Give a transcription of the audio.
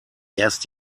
erst